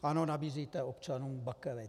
Ano, nabízíte občanům bakelit.